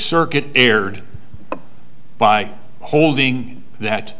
circuit erred by holding that